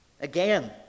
Again